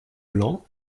blancs